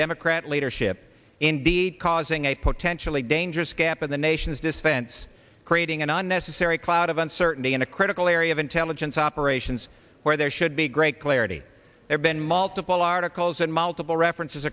democrat leadership indeed causing a potentially dangerous gap in the nation's defense creating an unnecessary cloud of uncertainty in a critical area of intelligence operations where there should be great clarity there been multiple articles and multiple references